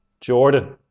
Jordan